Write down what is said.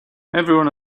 everyone